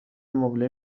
مبله